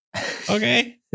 Okay